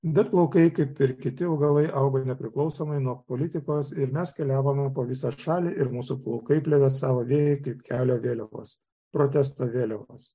bet plaukai kaip ir kiti augalai auga nepriklausomai nuo politikos ir mes keliavome po visą šalį ir mūsų plaukai plevėsavo vėjyje kaip kelio vėliavos protesto vėliavos